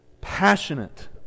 passionate